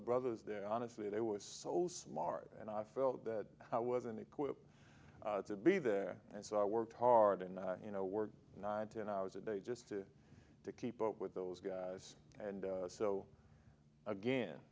brothers there honestly it was so smart and i felt that i wasn't equipped to be there and so i worked hard and you know work nineteen hours a day just to keep up with those guys and so again